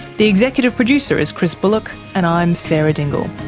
the executive producer is chris bullock, and i'm sarah dingle